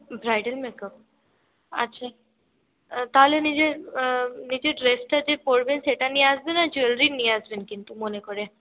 bridal makeup আছে তাহলে নিজে নিজে যে ড্রেসটা যে পড়বে সেটা নিয়ে আসবেন আর জুয়েলারি নিয়ে আসবেন কিন্তু মনে করে